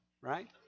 right